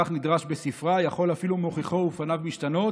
כך נדרש בספרא: יכול אפילו מוכיחו ופניו משתנות,